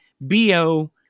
BO